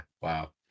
wow